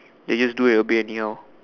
they just do it a bit anyhow